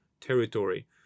territory